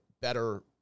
better